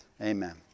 Amen